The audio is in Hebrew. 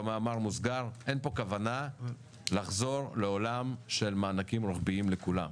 במאמר מוסגר אין פה כוונה לחזור לעולם של מענקים רוחביים לכולם.